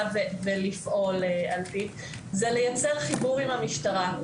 ולפעול על פיו זה ליצור חיבור עם המשטרה.